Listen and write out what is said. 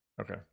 Okay